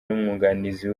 n’umwunganizi